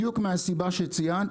בדיוק מהסיבה שציינת,